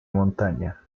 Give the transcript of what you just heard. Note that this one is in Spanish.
montaña